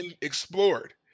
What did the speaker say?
explored